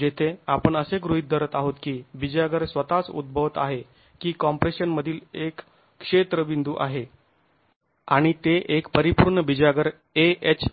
जेथे आपण असे गृहीत धरत आहोत की बिजागर स्वतःच उद्भवत आहे की कॉम्प्रेशन मधील क्षेत्र एक बिंदू आहे आणि ते एक परिपूर्ण बिजागर ah आहे